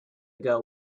ago